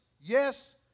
Yes